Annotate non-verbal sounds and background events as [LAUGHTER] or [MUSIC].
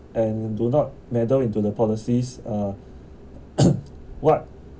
and do not meddle into the policies uh [COUGHS] what